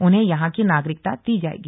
उन्हें यहां की नागरिकता दी जायेगी